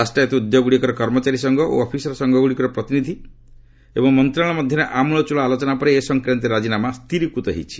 ରାଷ୍ଟ୍ରାୟତ ଉଦ୍ୟୋଗଗୁଡ଼ିକର କର୍ମଚାରୀ ସଂଘ ଓ ଅଫିସର୍ ସଂଘଗୁଡ଼ିକର ପ୍ରତିନିଧି ଏବଂ ମନ୍ତ୍ରଣାଳୟ ମଧ୍ୟରେ ଆମ୍ବଳଚ୍ଚଳ ଆଲୋଚନା ପରେ ଏ ସଂକ୍ରାନ୍ତୀୟ ରାଜିନାମା ସ୍ତିରିକୃତ ହୋଇଛି